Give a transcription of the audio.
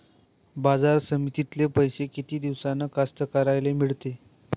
बाजार समितीतले पैशे किती दिवसानं कास्तकाराइले मिळते?